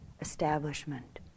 establishment